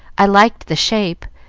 i liked the shape,